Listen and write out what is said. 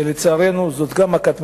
ולצערנו זאת גם מכת מדינה.